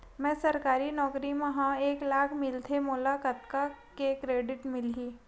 मैं सरकारी नौकरी मा हाव एक लाख मिलथे मोला कतका के क्रेडिट मिलही?